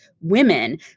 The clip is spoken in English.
women